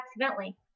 accidentally